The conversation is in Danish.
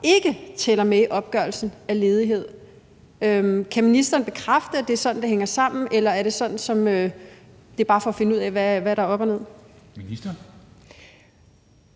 ikke tæller med i opgørelsen af ledigheden.« Kan ministeren bekræfte, at det er sådan, det hænger sammen? Det er bare for at finde ud af, hvad der er op og ned. Kl.